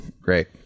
Great